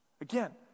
Again